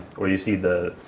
where you see the,